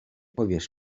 powiesz